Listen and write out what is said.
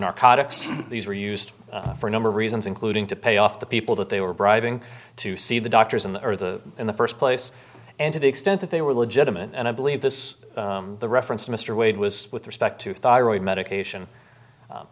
narcotics these were used for a number of reasons including to pay off the people that they were bribing to see the doctors in the earth the in the first place and to the extent that they were legitimate and i believe this the reference to mr wade was with respect to thyroid medication